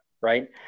right